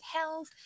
health